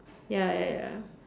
ya ya ya